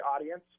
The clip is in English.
audience